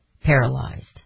paralyzed